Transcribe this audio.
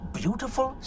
beautiful